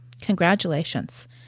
Congratulations